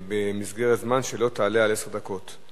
במסגרת זמן שלא תעלה על עשר דקות.